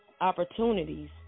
opportunities